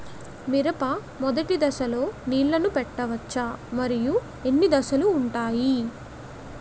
మిరప మొదటి దశలో నీళ్ళని పెట్టవచ్చా? మరియు ఎన్ని దశలు ఉంటాయి?